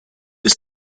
ist